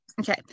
Okay